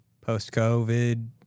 post-COVID